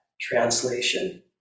Translation